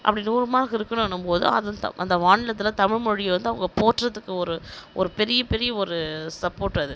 அப்படி நூறு மார்க் இருக்கணுன்னும் போது அது வந்து அந்த அந்த மாநிலத்தில் தமிழ்மொழியை வந்து அவங்க போற்றுறத்துக்கு ஒரு ஒரு பெரிய பெரிய ஒரு சப்போர்ட் அது